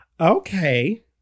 Okay